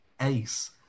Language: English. Ace